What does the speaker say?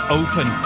open